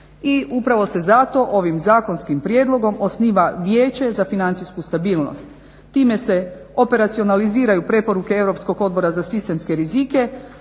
I upravo se zato ovim zakonskim prijedlogom osniva Vijeće za financijsku stabilnost. Time se operacionaliziraju preporuke Europskog odbora za sistemske rizike,